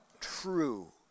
True